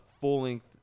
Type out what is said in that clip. full-length